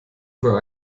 für